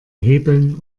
hebeln